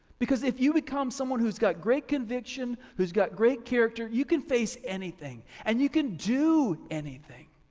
because if you become someone who's got great conviction, who's got great character, you can face anything and you can do anything.